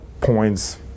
points